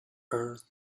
earth